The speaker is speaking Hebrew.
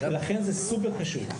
לכן זה סופר חשוב.